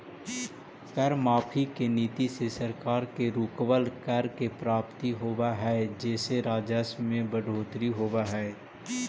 कर माफी के नीति से सरकार के रुकवल, कर के प्राप्त होवऽ हई जेसे राजस्व में बढ़ोतरी होवऽ हई